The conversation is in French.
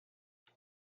vous